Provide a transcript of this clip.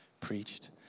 preached